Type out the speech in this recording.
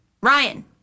Ryan